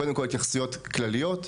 קודם כל התייחסויות כלליות.